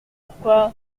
pourquoi